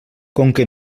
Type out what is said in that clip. conca